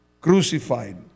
crucified